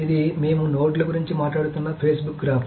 ఇది మేము నోడ్ల గురించి మాట్లాడుతున్న ఫేస్బుక్ గ్రాఫ్